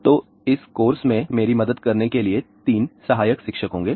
तो इस कोर्स में मेरी मदद करने के लिए 3 सहायक शिक्षक होंगे